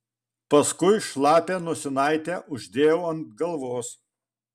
paskui šlapią nosinaitę uždėjau ant galvos